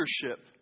leadership